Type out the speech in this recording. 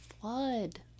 flood